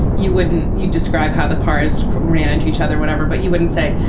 you wouldn't you describe how the cars ran into each other, whatever, but you wouldn't say.